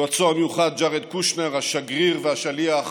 יועצו המיוחד ג'ארד קושנר, השגריר והשליח